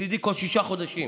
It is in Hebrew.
מצידי כל שישה חודשים